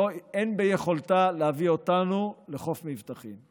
אין ביכולתה להביא אותנו לחוף מבטחים.